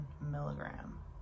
milligram